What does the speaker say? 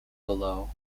below